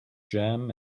jam